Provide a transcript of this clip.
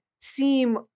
seem